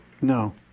No